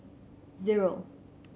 zero